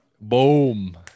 Boom